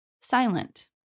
silent